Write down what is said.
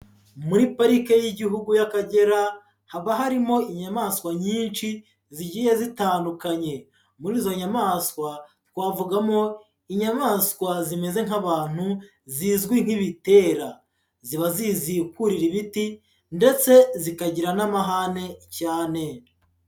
Muri parike y'igihugu y'Akagera, haba harimo inyamaswa nyinshi zigiye zitandukanye, muri izo nyamaswa twavugamo inyamaswa zimeze nk'abantu zizwi nk'ibitera, ziba zizi kurira ibiti, ndetse zitagira n'amahane cyane.